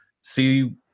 see